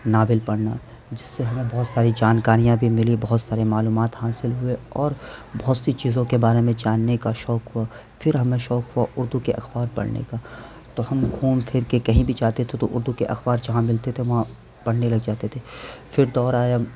novel پڑھنا جس سے ہمیں بہت ساری جانکاریاں بھی ملی بہت ساری معلومات حاصل ہوئے اور بہت سی چیزوں کے بارے میں جاننے کا شوق ہوا پھر ہمیں شوق ہوا اردو کے اخبار پڑھنے کا تو ہم گھوم پھر کے کہیں بھی جاتے تھے تو اردو کے اخبار جہاں ملتے تھے وہاں پڑھنے لگ جاتے تھے پھر دور آیا